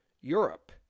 Europe